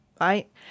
right